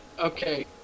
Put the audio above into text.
Okay